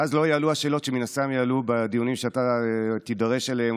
ואז לא יעלו השאלות שמן הסתם יעלו בדיונים שאתה עוד תידרש אליהם,